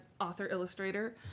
author-illustrator